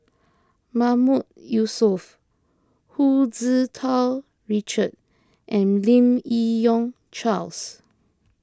Mahmood Yusof Hu Tsu Tau Richard and Lim Yi Yong Charles